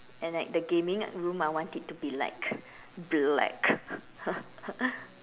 and like the gaming room I want it to be like black